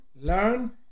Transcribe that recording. learn